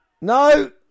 No